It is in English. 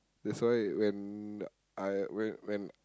that's why when I when when